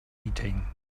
eating